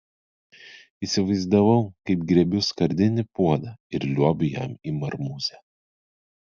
įsivaizdavau kaip griebiu skardinį puodą ir liuobiu jam į marmūzę